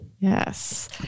Yes